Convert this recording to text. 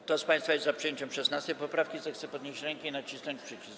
Kto z państwa jest za przyjęciem 16. poprawki, zechce podnieść rękę i nacisnąć przycisk.